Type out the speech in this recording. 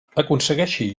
aconsegueixi